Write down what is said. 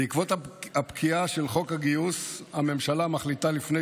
בעקבות הפקיעה של חוק הגיוס הממשלה מחליטה לפני